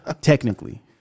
Technically